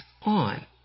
on